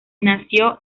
nació